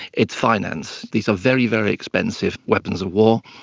its finance. these are very, very expensive weapons of war.